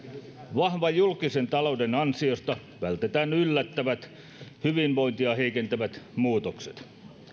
vahvan julkisen talouden ansiosta vältetään yllättävät hyvinvointia heikentävät muutokset